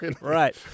Right